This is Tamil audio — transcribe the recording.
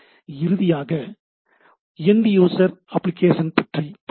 இறுதியாக எண்ட் யூசர் அப்ளிகேஷன்பற்றி பார்ப்போம்